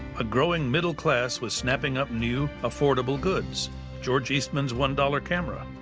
a growing middle-class was snapping up new, affordable goods george eastman's one-dollar camera,